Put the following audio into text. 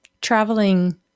traveling